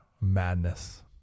madness